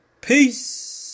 Peace